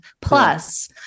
plus